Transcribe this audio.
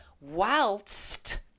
Whilst